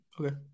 okay